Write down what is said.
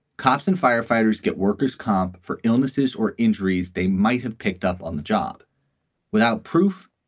cops and firefighters get workers comp for illnesses or injuries they might have picked up on the job without proof.